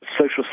Social